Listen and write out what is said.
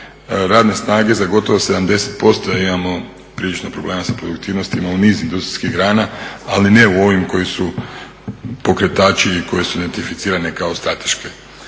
radne snage za gotovo 70% jer imamo prilično problema sa produktivnostima u niz industrijskih grana, ali ne u ovim koje su pokretači i koje su identificirane kao strateške.